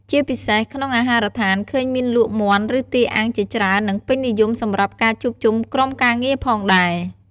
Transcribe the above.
ជាពិសេស ក្នុងអាហារដ្ឋានឃើញមានលក់មាន់ឬទាអាំងជាច្រើននិងពេញនិយមសម្រាប់ការជួបជុំក្រុមការងារផងដែរ។